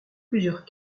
plusieurs